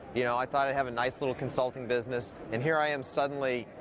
you know, i thought i'd have a nice little consulting business. and here i am suddenly,